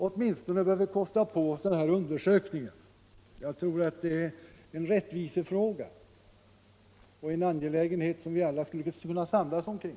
Åtminstone bör vi kunna kosta på oss den här undersökningen. Jag tror att det är en rättvisefråga och en angelägenhet, som vi alla skulle kunna samlas kring.